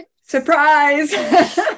Surprise